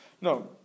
No